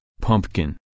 pumpkin